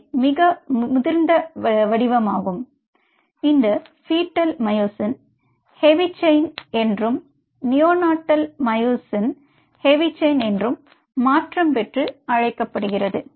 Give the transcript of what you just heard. இவை மிகவும் முதிர்ந்த வடிவமாகும் இந்த பீட்டல் மயோசின் ஹெவி செயின் என்று neonatal myosin heavy chain மாற்றம் பெற்று அழைக்கப்படுகிறது